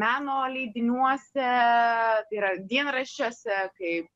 meno leidiniuose tai yra dienraščiuose kaip